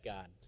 God